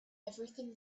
everything